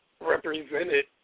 represented